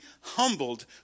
humbled